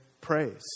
praise